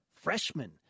Freshman